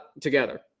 together